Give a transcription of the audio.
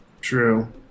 True